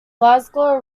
glasgow